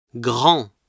Grand